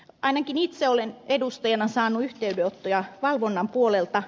ainakin itse olen edustajana saanut yhteydenottoja valvonnan puolelta